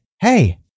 hey